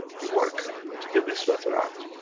you work to get this letter out.